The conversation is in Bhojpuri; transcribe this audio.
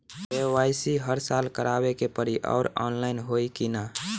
के.वाइ.सी हर साल करवावे के पड़ी और ऑनलाइन होई की ना?